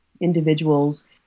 Individuals